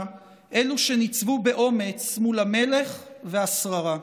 אלו שניצבו באומץ מול המלך והשררה.